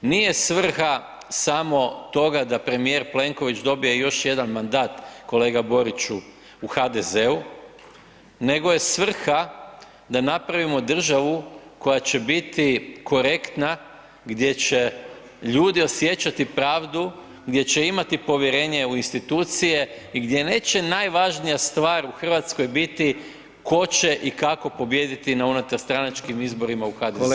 Nije svrha samo toga da premijer Plenković dobije još jedan mandat kolega Boriću u HDZ-u, nego je svrha da napravimo državu koja će biti korektna, gdje će ljudi osjećati pravdu, gdje će imati povjerenje u institucije i gdje neće najvažnija stvar u Hrvatskoj biti tko će i kako pobijediti na unutarstranačkim izborima u HDZ-u.